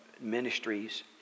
ministries